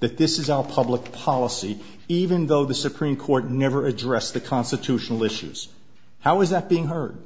that this is all public policy even though the supreme court never addressed the constitutional issues how is that being heard